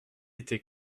était